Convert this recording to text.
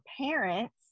parents